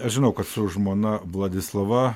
aš žinau kad su žmona vladislava